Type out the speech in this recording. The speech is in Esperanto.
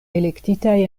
elektitaj